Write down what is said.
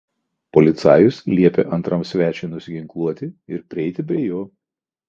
policajus liepė antram svečiui nusiginkluoti ir prieiti prie jo